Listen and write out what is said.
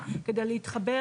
לפי דעתנו, כדי להתחבר